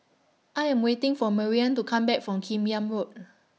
I Am waiting For Marian to Come Back from Kim Yam Road